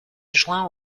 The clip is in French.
joint